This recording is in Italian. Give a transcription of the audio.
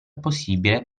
possibile